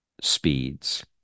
speeds